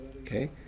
okay